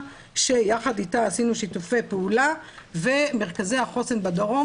שיחד איתה עשינו שיתופי פעולה ומרכזי החוסן בדרום